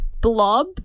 blob